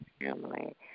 family